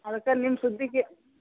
ಅದಕ್ಕ ನಿಮ್ಮ ಸುದ್ದಿಗೆ